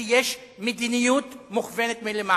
כי יש מדיניות מוכוונת מלמעלה.